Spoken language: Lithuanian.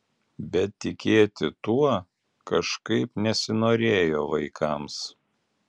bet tikėti tuo kažkaip nesinorėjo vaikams